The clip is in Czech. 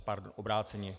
Pardon, obráceně.